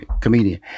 comedian